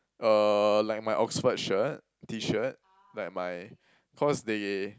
uh like my Oxford shirt T-shirt like my cause they